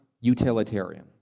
utilitarian